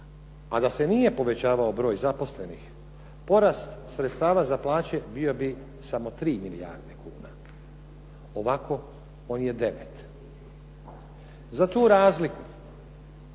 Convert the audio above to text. a da se nije povećavao broj zaposlenih, porast sredstava za plaće bio bi samo 3 milijarde kuna ovako on je 9. Za tu razliku